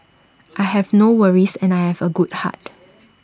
I have no worries and I have A good heart